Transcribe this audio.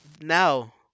now